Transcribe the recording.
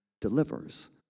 delivers